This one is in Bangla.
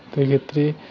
তো এই ক্ষেত্রে